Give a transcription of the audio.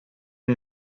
nie